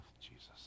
Jesus